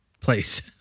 place